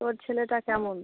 তোর ছেলেটা কেমন